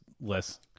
less